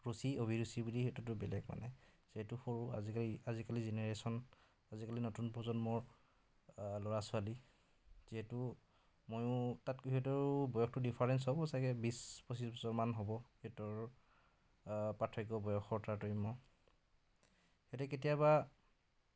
ৰুচি অভিৰুচি বুলি সেইটোতো বেলেগ মানে যিহেতু সৰু আজিকালি আজিকালি জেনেৰেশ্যন আজিকালি নতুন প্ৰজন্মৰ ল'ৰা ছোৱালী যিহেতু মইয়ো তাতকৈ সিহঁতৰো বয়সটোৰ ডিফাৰেন্স হ'ব চাগে বিছ পঁচিছ বছৰমান হ'ব সিহঁতৰ পাৰ্থক্য বয়সৰ তাৰতম্য এতিয়া কেতিয়াবা